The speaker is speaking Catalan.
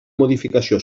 modificació